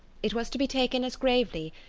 it was to be taken as gravely,